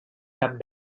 cap